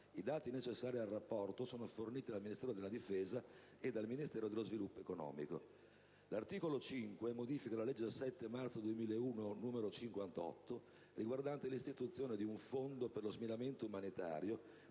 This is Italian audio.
I dati necessari al rapporto sono forniti dal Ministero della difesa e dal Ministero dello sviluppo economico. L'articolo 5 modifica la legge n. 58 del 7 marzo 2001 riguardante l'istituzione di un fondo per lo sminamento umanitario,